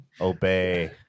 Obey